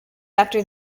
after